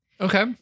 Okay